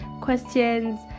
questions